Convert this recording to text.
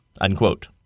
Unquote